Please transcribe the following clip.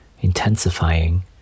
intensifying